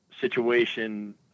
situation